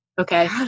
okay